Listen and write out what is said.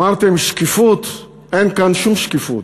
אמרתם "שקיפות", אין כאן שום שקיפות.